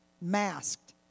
Masked